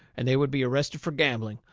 and they would be arrested fur gambling,